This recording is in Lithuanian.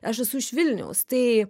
aš esu iš vilniaus tai